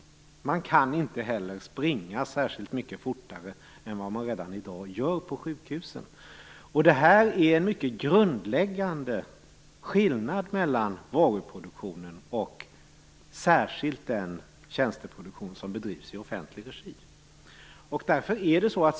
Man kan inte heller springa särskilt mycket fortare än vad man redan gör på sjukhusen. Det här är den mycket grundläggande skillnaden mellan varuproduktionen och särskilt den tjänsteproduktion som bedrivs i offentlig regi.